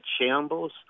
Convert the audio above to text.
shambles